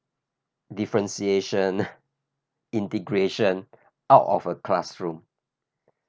differentiation integration out of a classroom